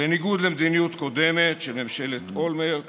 בניגוד למדיניות קודמת של ממשלת אולמרט,